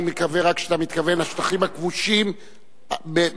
אני רק מקווה שאתה מתכוון לשטחים הכבושים ב-67'.